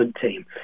team